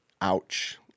ouch